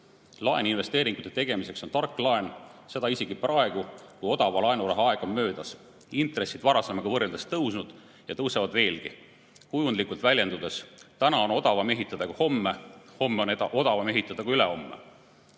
Laen investeeringute tegemiseks on tark laen, seda isegi praegu, kui odava laenuraha aeg on möödas, intressid varasemaga võrreldes tõusnud ja tõusevad veelgi. Kujundlikult väljendudes: täna on odavam ehitada kui homme, homme on odavam ehitada kui ülehomme.